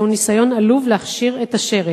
זהו ניסיון עלוב להכשיר את השרץ".